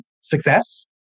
success